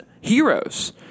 heroes